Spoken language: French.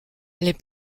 les